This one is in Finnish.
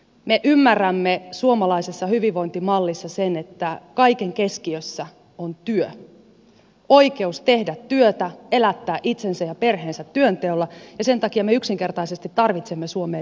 me ymmärrämme suomalaisessa hyvinvointimallissa sen että kaiken keskiössä on työ oikeus tehdä työtä elättää itsensä ja perheensä työnteolla ja sen takia me yksinkertaisesti tarvitsemme suomeen lisää työpaikkoja